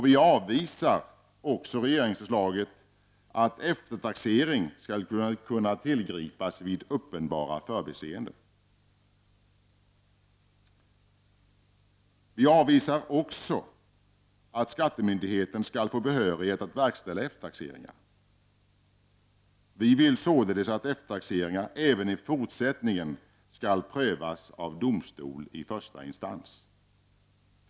Vi avvisar också regeringsförslaget att eftertaxering skall kunna tillgripas vid uppenbara förbiseenden. Vi avvisar även förslaget att skattemyndigheten skall få behörighet att verkställa eftertaxeringar. Vi vill således att eftertaxering även i fortsättningen skall prövas av domstol i första instans.